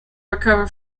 recover